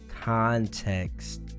context